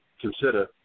consider